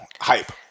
hype